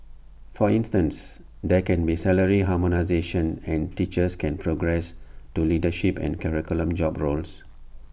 for instance there can be salary harmonisation and teachers can progress to leadership and curriculum job roles